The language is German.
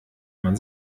man